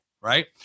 right